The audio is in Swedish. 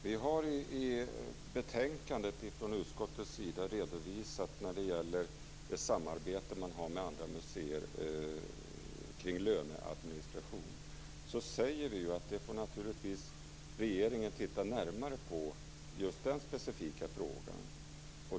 Fru talman! Vi har i betänkandet från utskottets sida redovisat det samarbete man har med andra museer kring löneadministrationen. Vi säger ju att regeringen naturligtvis får titta närmare på just den specifika frågan.